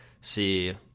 see